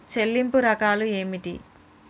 చెల్లింపు రకాలు ఏమిటి?